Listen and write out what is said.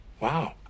Wow